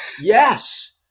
Yes